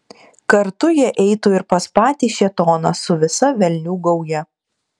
kartu jie eitų ir pas patį šėtoną su visa velnių gauja